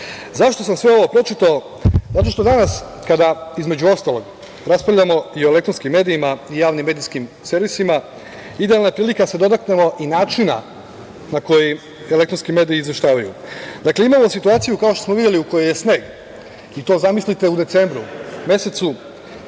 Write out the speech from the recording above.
sam sve ovo pročitao? Zato što danas kada između ostalog raspravljamo i o elektronskim medijima i o javnim medijskim servisima idealna je prilika da se dotaknemo i načina na koji elektronski mediji izveštavaju. Dakle, imamo situaciju kao što smo videli u kojoj je sneg i to zamislite u decembru mesecu